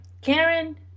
Karen